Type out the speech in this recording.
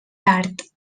tard